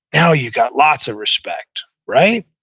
now you got lots of respect, right?